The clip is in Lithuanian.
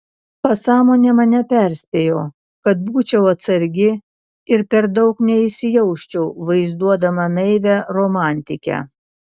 pasąmonė mane perspėjo kad būčiau atsargi ir per daug neįsijausčiau vaizduodama naivią romantikę